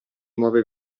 nuove